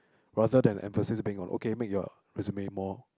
rather than emphasis being on okay make your resume more